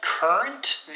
Current